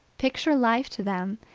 picture life to them,